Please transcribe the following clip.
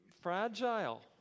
fragile